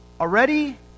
Already